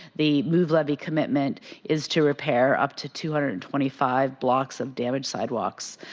the move levy commitment is to repair up to two hundred and twenty five locks of damaged sidewalks